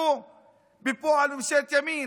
אנחנו בפועל ממשלת ימין,